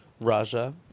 Raja